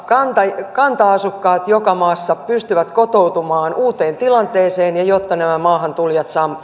kanta jotta kanta asukkaat joka maassa pystyvät kotoutumaan uuteen tilanteeseen ja jotta nämä maahantulijat